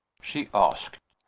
she asked.